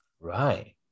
right